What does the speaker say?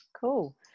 cool